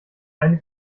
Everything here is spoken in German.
eine